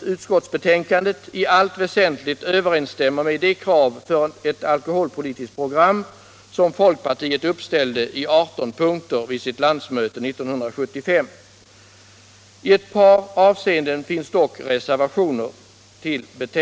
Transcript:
utskottsbetänkandet i allt väsentligt överensstämmer med de krav för ett alkoholpolitiskt program som folkpartiet uppställde i 18 punkter vid sitt landsmöte 1975. I ett par avseenden finns dock reservationer.